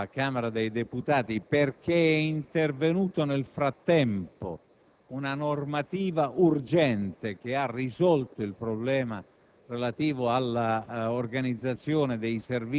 in sede di discussione alla Camera dei deputati perché è intervenuta nel frattempo una normativa che ha risolto il problema